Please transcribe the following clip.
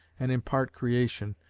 and in part creation,